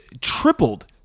tripled